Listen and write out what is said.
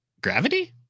gravity